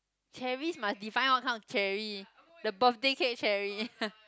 cherry must define what kind of cherry the birthday cake cherry